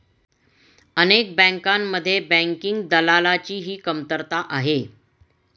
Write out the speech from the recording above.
अनेक बँकांमध्ये बँकिंग दलालाची ही कमतरता आहे